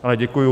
Ale děkuju.